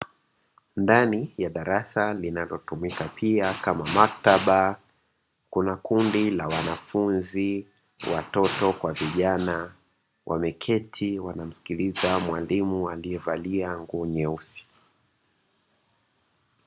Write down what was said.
Ndani ya darasa linalotumika pia kama maktaba kuna kundi la wanafunzi watoto kwa vijana, wameketi wanamsikiliza mwalimu aliyevalia nguo nyeusi.